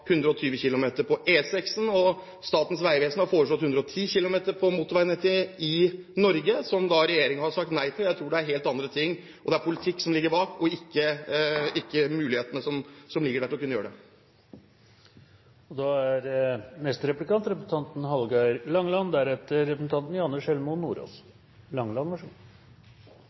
120 km/t på E6, og Statens vegvesen har foreslått 110 km/t på motorveinettet i Norge, som regjeringen har sagt nei til. Jeg tror det er helt andre ting som ligger bak. Det er politikk som ligger bak, og ikke mulighetene til å kunne gjøre noe. Eg trur me må gje Hoksrud anledning til å svara litt meir utdjupande på dette med sjåføransvar. Stadig vekk ser ein at Framstegspartiet er ute og seier at det er